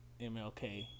MLK